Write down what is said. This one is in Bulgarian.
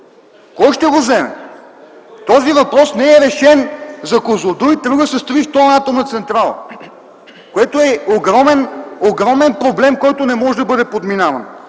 Кой ще го вземе? Този въпрос не е решен за „Козлодуй”, а тръгва да се строи втора атомна централа, което е огромен проблем, който не може да бъде подминаван.